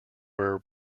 were